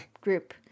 group